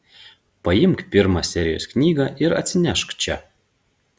paimk pirmą serijos knygą ir atsinešk čia